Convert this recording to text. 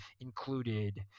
included